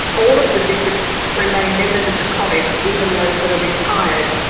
all of the bishops remain members of the college, even those that are retired.